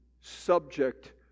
subject